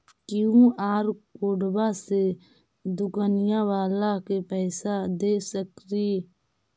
QR कोडबा से दुकनिया बाला के पैसा दे सक्रिय?